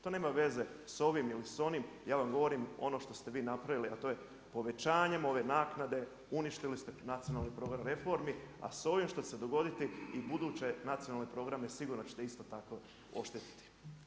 To nema veze s ovim ili onim, ja vam govorim ono što ste vi napravili a to je povećanjem ove naknade uništili ste nacionalni program reformi, a s ovim što će se dogoditi, i buduće nacionalne programe sigurno ćete isto tako oštetiti.